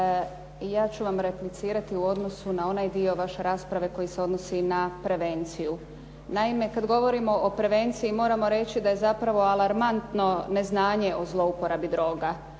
ja ću vam replicirati u odnosu na onaj dio vaše rasprave koji se odnosi na prevenciju. Naime, kad govorimo o prevenciji moramo reći da je zapravo alarmantno neznanje o zlouporabi droga,